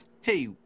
Hey